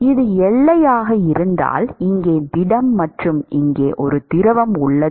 இது எல்லையாக இருந்தால் இங்கே திடம் மற்றும் இங்கே ஒரு திரவம் உள்ளது